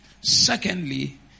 Secondly